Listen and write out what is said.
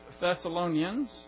Thessalonians